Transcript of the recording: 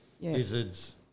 lizards